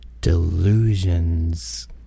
delusions